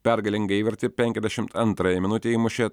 pergalingą įvartį penkiasdešimt antrąją minutę įmušė